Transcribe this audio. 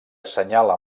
assenyala